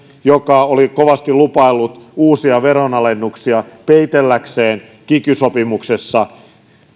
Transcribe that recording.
joka oli kovasti lupaillut uusia veronalennuksia peitelläkseen kiky sopimuksessa